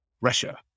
Russia